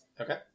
Okay